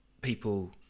people